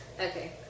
Okay